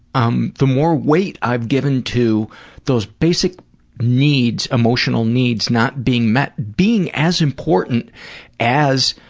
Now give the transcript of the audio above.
um, the more weight i've given to those basic needs emotional needs not being met being as important as,